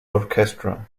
orchestra